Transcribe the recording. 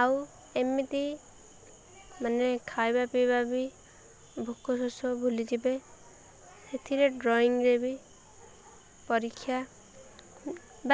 ଆଉ ଏମିତି ମାନେ ଖାଇବା ପିଇବା ବି ଭୋକ ଶୋଷ ଭୁଲିଯିବେ ସେଥିରେ ଡ୍ରଇଂରେ ବି ପରୀକ୍ଷା